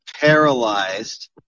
paralyzed